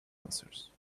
answers